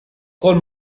col